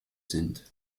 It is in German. sind